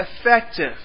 effective